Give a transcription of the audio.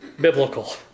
biblical